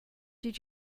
did